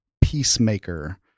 peacemaker